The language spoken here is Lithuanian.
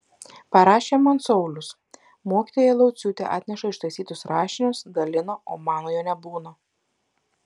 parašė man saulius mokytoja lauciūtė atneša ištaisytus rašinius dalina o manojo nebūna